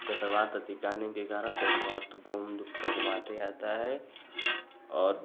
चक्रवात अधिक आने के कारण चक्रवात गोंद पूरा घूमाते रहता है और